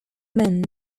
men